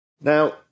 Now